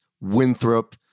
Winthrop